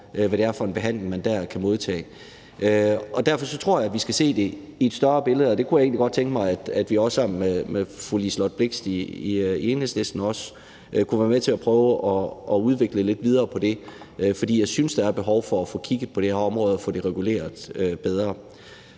hvad det er for en behandling, man dér kan modtage. Derfor tror jeg, vi skal se det i et større billede, og det kunne jeg egentlig godt tænke mig at vi i Enhedslisten og også sammen med fru Liselott Blixt kunne være med til at prøve at udvikle lidt videre på, for jeg synes, der er behov for at få kigget på det her område og få det reguleret bedre.